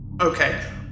Okay